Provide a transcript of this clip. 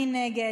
מי נגד?